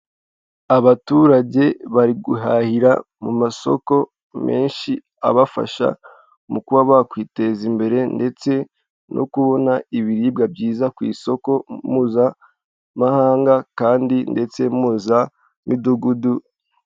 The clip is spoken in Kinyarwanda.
Abaturage bari guhahira mu masoko menshi abafasha mu kuba bakwiteza imbere ndetse no kubona ibiribwa byiza ku isoko mpuzamahanga kandi ndetse mu za midugudu.